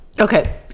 Okay